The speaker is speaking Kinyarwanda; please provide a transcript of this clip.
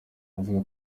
aravuga